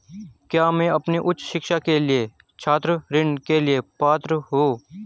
क्या मैं अपनी उच्च शिक्षा के लिए छात्र ऋण के लिए पात्र हूँ?